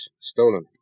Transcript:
Stolen